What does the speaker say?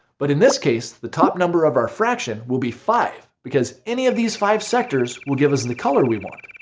but in this case the top number of our fraction will be five because any of these five sectors will give us the color we want.